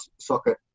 socket